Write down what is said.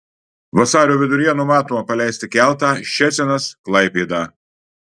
vasario viduryje numatoma paleisti keltą ščecinas klaipėda